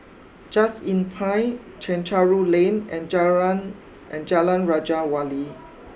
just Inn Pine Chencharu Lane and Jalan and Jalan Raja Wali